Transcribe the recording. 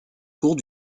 cours